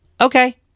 okay